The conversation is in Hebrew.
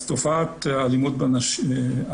אז תופעת האלימות בנשים או